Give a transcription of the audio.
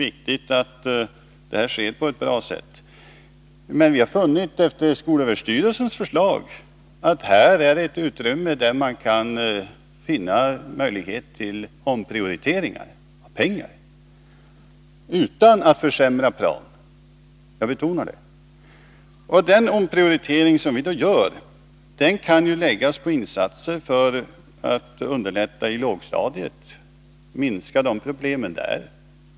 Efter att ha studerat skolöverstyrelsens förslag har vi funnit att här finns det utrymme för omprioriteringar av pengar utan att prao försämras. De besparingar vi gör här kan satsas på att underlätta i lågstadiet, att minska problemen där.